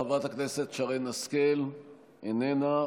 חברת הכנסת שרן השכל, איננה.